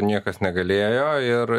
niekas negalėjo ir